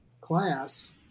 class